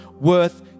worth